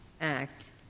act